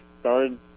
started